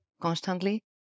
constantly